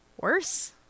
Worse